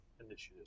initiative